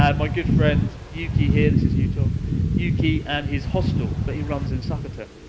um my good friend yuki here, this is yuto yuki and his hostel that he runs in sakata.